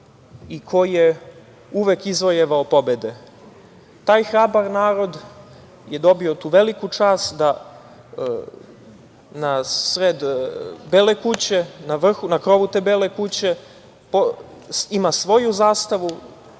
i koji je uvek izvojevao pobede. Taj hrabar narod je dobio tu veliku čast da na krovu Bele kuće ima svoju zastavu